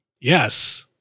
Yes